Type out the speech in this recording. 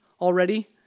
already